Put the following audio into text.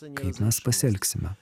kaip mes pasielgsime